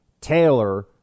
Taylor